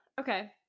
Okay